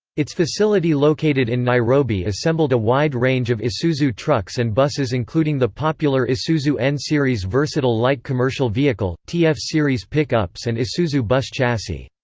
its facility located in nairobi assembled a wide range of isuzu trucks and buses including the popular isuzu n-series versatile light commercial vehicle, tf series pick-ups and isuzu bus chassis.